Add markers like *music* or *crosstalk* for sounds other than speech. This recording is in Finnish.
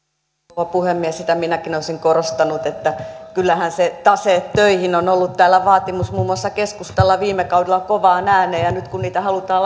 rouva puhemies sitä minäkin olisin korostanut että kyllähän se taseet töihin on on ollut täällä vaatimus muun muassa keskustalla viime kaudella kovaan ääneen ja nyt kun niitä halutaan *unintelligible*